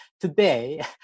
today